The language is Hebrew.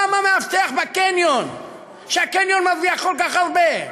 למה מאבטח בקניון, שהקניון מרוויח כל כך הרבה,